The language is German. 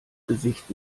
gesicht